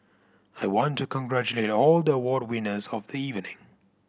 I want to congratulate all the award winners of the evening